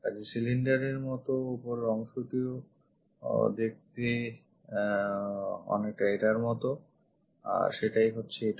কাজেই cylinder এর মতো ওপরের অংশটিও দেখতে অনেকটা এটার মতো আর সেটাই হচ্ছে এটা